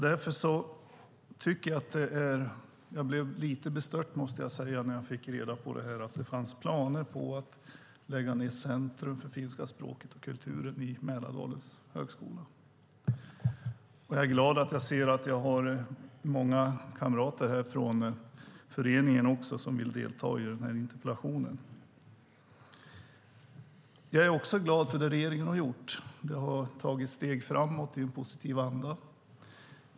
Därför blev jag lite bestört, måste jag säga, när jag fick reda på att det finns planer på att lägga ned Centrum för finska språket och kulturen vid Mälardalens högskola. Jag är glad att se att jag har många kamrater från föreningen här som vill delta i interpellationsdebatten. Jag är också glad för det regeringen har gjort. Den har tagit steg framåt i en positiv anda.